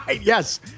Yes